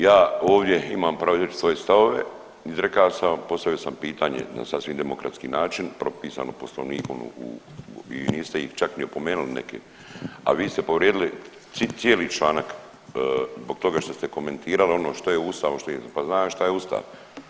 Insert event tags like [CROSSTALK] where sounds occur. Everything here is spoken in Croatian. Ja ovdje imam pravo izreći svoje stavove, izrekao sam, postavio sam pitanje na sasvim demokratski način, propisano Poslovnikom i .../nerazumljivo/... niste ih čak ni opomenuli, a vi ste povrijedili cijeli članak zbog toga što ste komentirali ono što je u Ustavu ... [UNINTELLIGIBLE] pa znam šta je Ustav.